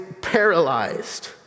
paralyzed